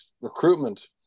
recruitment